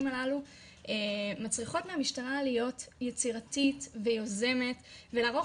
הללו מצריכות מהמשטרה להיות יצירתית ויוזמת ולערוך